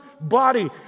body